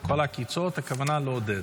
הם מתכוונים לעודד.